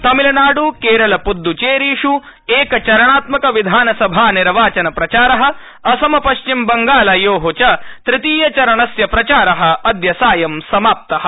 तमिलनाड़ केरल पद्दचेरीष् एकचरणात्मकविधानसभानिर्वाचन प्रचारः असम पश्चिमबङ्गालयोःतृतीय चरणस्य प्रचारः च अद्य सायं समाप्तः